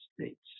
States